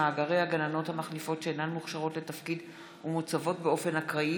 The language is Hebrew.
בנושא: מאגרי הגננות המחליפות שאינן מוכשרות לתפקיד ומוצבות באופן אקראי